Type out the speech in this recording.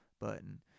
button